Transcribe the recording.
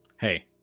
Hey